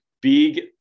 big